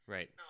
Right